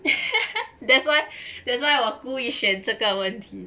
that's why that's why 我故意选这个问题